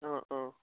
অঁ অঁ